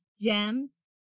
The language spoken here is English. gems